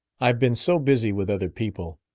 i've been so busy with other people.